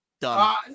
Done